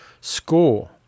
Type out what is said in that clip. score